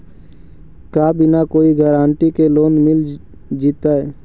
का बिना कोई गारंटी के लोन मिल जीईतै?